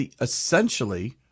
essentially